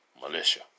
militia